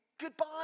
goodbye